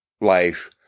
life